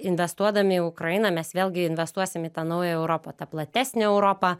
investuodami į ukrainą mes vėlgi investuosim į tą naują europą tą platesnę europą